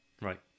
Right